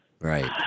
Right